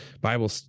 Bible